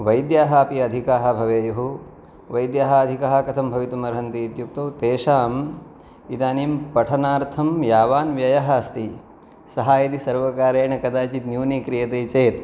वैद्याः अपि अधिकाः भवेयुः वैद्याः अधिकाः कथं भवितुम् अर्हन्ति इत्युक्तौ तेषाम् इदानीं पठनार्थं यावान् व्ययः अस्ति सः यदि सर्वकारेण कदाचित् न्यूनीक्रियते चेत्